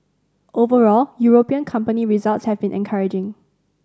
overall European company results have been encouraging